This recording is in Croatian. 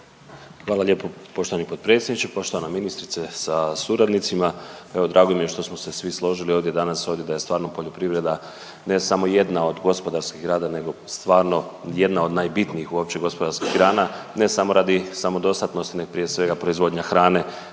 Hvala lijepo poštovani potpredsjedniče, poštovana ministrice sa suradnicima. Evo, drago mi je što smo se svi složili ovdje danas ovdje da je stvarno poljoprivreda, ne samo jedna od gospodarskih grana nego stvarno jedna od najbitnijih uopće gospodarskih grana, ne samo radi samodostatnosti, nego i prije svega, proizvodnja hrane,